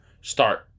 start